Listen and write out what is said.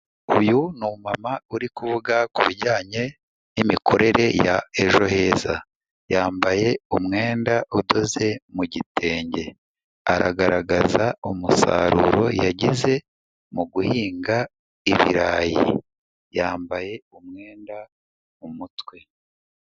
Uyu ni umu mama uri kuvuga ku bijyanye n'imikorere ya ejo heza, yambaye umwenda udoze mu gitenge, aragaragaza umusaruro yagize mu guhinga ibirayi, yambaye umwenda mu mutwe.